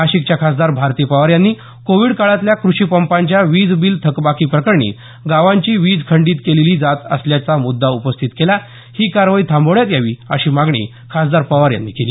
नाशिकच्या खासदार भारती पवार यांनी कोविड काळातल्या कृषीपंपांच्या वीज बील थकबाकीप्रकरणी गावांची वीज खंडीत केली जात असल्याचा मुद्दा उपस्थित केला ही कारवाई थांबवण्यात यावी अशी मागणी खासदार पवार यांनी केली